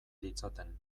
ditzaten